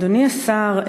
אדוני השר,